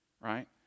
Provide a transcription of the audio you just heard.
right